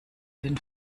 den